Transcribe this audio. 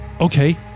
Okay